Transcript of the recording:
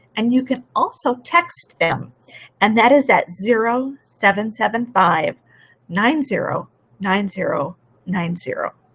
and you can also text them and that is at zero seven seven five nine zero nine zero nine zero,